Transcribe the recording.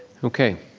okay.